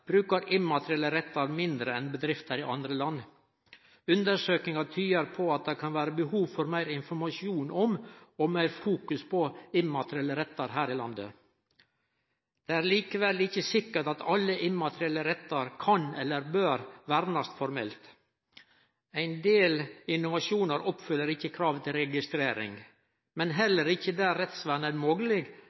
bruk av immaterielle verdiar og rettar i næringslivet og i offentleg sektor. Over heile verda er det ein kraftig auke i talet på registrerte rettar. Samtidig tyder målingar på at norske bedrifter brukar immaterielle rettar mindre enn bedrifter i andre land. Undersøkingar tyder på at det kan vere behov for meir informasjon om og meir fokus på immaterielle rettar her i landet. Det er likevel ikkje sikkert at alle immaterielle rettar kan